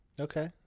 okay